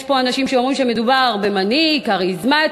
אף שעדיין יש פה אנשים שאומרים שמדובר במנהיג כריזמטי,